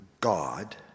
God